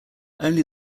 only